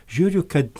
žiūriu kad